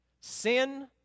Sin